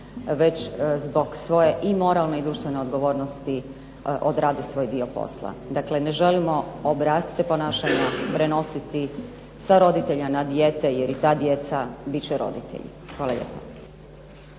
nego zbog svoje moralne i društvene odgovornosti odrade svoj dio posla, dakle ne želimo obrasce ponašanja prenositi sa roditelja na dijete jer i ta djeca biti će roditelji. Hvala lijepa.